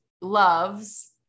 loves